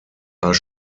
are